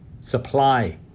supply